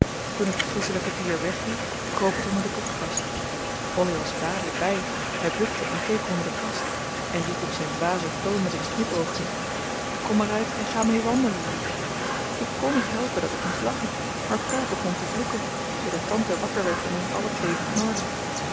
toen ik het griezelige dier wegjoeg kroop het onder de boekenkast polly was er dadelijk bij hij bukte en keek onder de kast en riep op zijn dwazen toon met een knipoogje kom er uit en ga mee wandelen liefje ik kon niet helpen dat ik moest lachen maar pol begon te vloeken zoodat tante wakker werd en ons alle twee